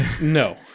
No